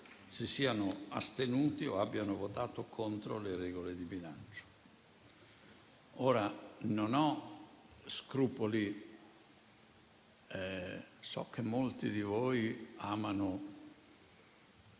si siano astenuti in blocco o abbiano votato contro le regole di bilancio. Non ho scrupoli. So che molti di voi amano,